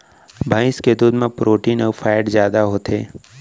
भईंस के दूद म प्रोटीन अउ फैट जादा होथे